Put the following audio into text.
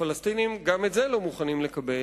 הפלסטינים גם את זה לא מוכנים לקבל,